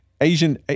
Asian